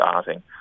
starting